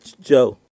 Joe